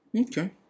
Okay